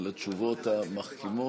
על התשובות המחכימות.